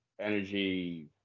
energy